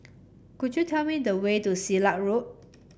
could you tell me the way to Silat Road